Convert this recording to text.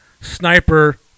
sniper